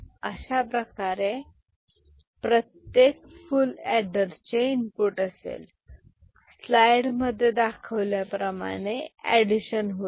अशाप्रकारे प्रत्येक full adder चे इनपुट असेल स्लाइडमध्ये दाखवल्याप्रमाणे एडिशन होईल